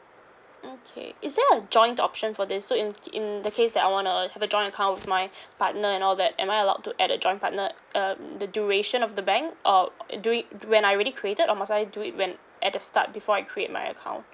okay is there a joint option for this so in in the case that I want uh have a joint account with my partner and all that am I allowed to add a joint partner um the duration of the bank or uh during when I already created or must I do it when at the start before I create my account